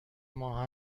ماه